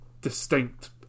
distinct